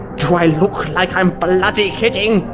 do i look like i'm bloody kidding!